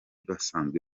basanzwe